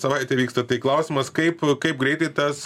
savaitė vyksta tai klausimas kaip kaip greitai tas